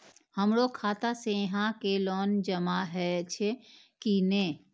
हमरो खाता से यहां के लोन जमा हे छे की ने?